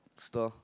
store